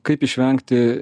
kaip išvengti